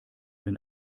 wenn